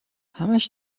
همش